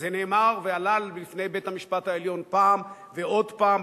וזה נאמר ועלה בפני בית-המשפט העליון פעם ועוד פעם.